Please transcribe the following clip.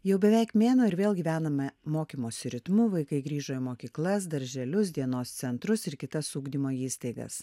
jau beveik mėnuo ir vėl gyvename mokymosi ritmu vaikai grįžo į mokyklas darželius dienos centrus ir kitas ugdymo įstaigas